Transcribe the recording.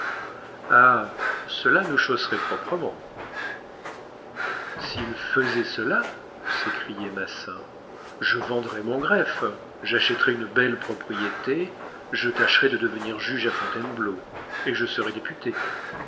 cela nous chausserait proprement s'il faisait cela s'écriait massin je vendrais mon greffe j'achèterais une belle propriété je tâcherais de devenir juge à fontainebleau et je serais député